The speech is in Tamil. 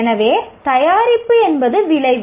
எனவே தயாரிப்பு என்பது விளைவு